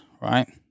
right